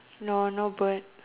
no no bird